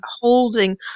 holding